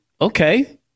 okay